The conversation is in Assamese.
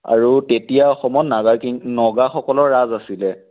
আৰু তেতিয়া অসমত নাগা কিং নগাসকলৰ ৰাজ আছিলে